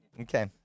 Okay